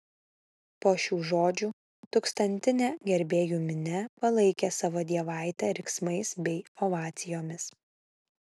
po šių žodžių tūkstantinė gerbėjų minia palaikė savo dievaitę riksmais bei ovacijomis